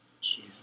Jesus